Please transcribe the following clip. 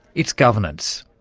its governance.